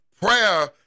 Prayer